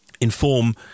inform